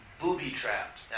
booby-trapped